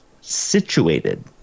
situated